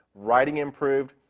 writing improved,